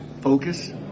focus